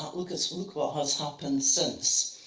ah look so look what has happened since.